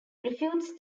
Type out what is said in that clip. refutes